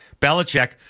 Belichick